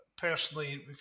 personally